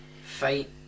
fight